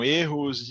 erros